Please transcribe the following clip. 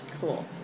Cool